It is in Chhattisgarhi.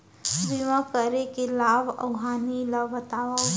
बीमा करे के लाभ अऊ हानि ला बतावव